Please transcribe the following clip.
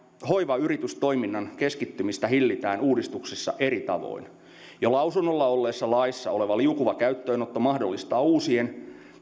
hoivayritystoiminnan keskittymistä hillitään uudistuksessa eri tavoin ja lausunnolla olleessa laissa oleva liukuva käyttöönotto mahdollistaa uusien